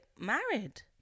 married